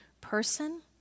person